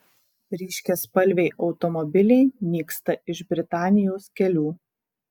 ryškiaspalviai automobiliai nyksta iš britanijos kelių